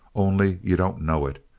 only you don't know it!